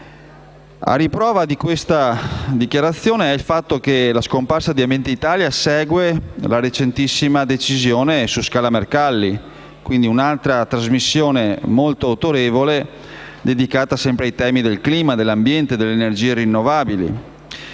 A riprova di questa dichiarazione è il fatto che la scomparsa di «Ambiente Italia» segue la recentissima decisione su «Scala Mercalli», un'altra trasmissione molto autorevole dedicata sempre ai temi del clima, dell'ambiente e delle energie rinnovabili: